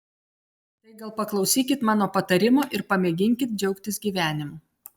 tai gal paklausykit mano patarimo ir pamėginkit džiaugtis gyvenimu